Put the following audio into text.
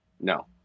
No